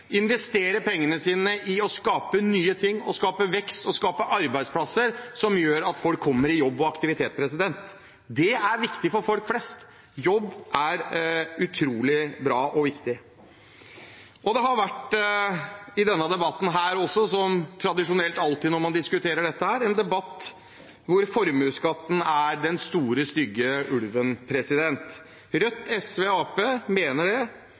investere pengene sine i å skape nye ting, skape vekst og skape arbeidsplasser som gjør at folk kommer i jobb og i aktivitet. Det er viktig for folk flest. Jobb er utrolig bra og viktig. Også denne debatten har vært – som tradisjonelt alltid når man diskuterer dette – en debatt hvor formuesskatten er den store, stygge ulven. Rødt, SV og Arbeiderpartiet mener at formuesskatten er noen forferdelige greier. Det